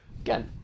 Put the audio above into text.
Again